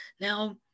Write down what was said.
now